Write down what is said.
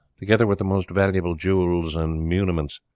together with the most valuable jewels and muniments,